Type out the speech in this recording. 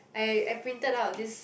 I I printed out this